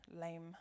lame